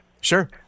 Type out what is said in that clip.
Sure